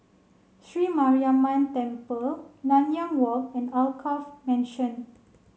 Sri Mariamman Temple Nanyang Walk and Alkaff Mansion